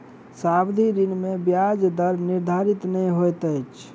सावधि ऋण में ब्याज दर निर्धारित नै होइत अछि